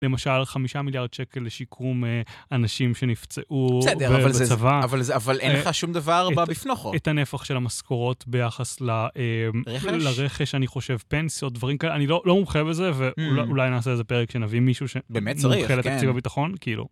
למשל, חמישה מיליארד שקל לשיקום אנשים שנפצעו בצבא. אבל אין לך שום דבר בפנוכו. את הנפח של המשכורות ביחס לרכש, אני חושב, פנסיות, דברים כאלה. אני לא מומחה בזה, ואולי נעשה איזה פרק כשנביא מישהו שמומחה לתקציב הביטחון, כאילו.